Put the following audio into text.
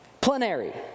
Plenary